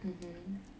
mmhmm